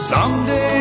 Someday